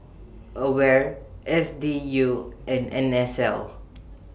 AWARE S D U and N S L